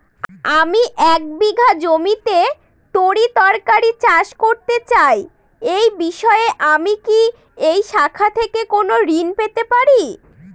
আমি এক বিঘা জমিতে তরিতরকারি চাষ করতে চাই এই বিষয়ে আমি কি এই শাখা থেকে কোন ঋণ পেতে পারি?